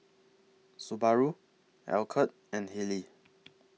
Subaru Alcott and Haylee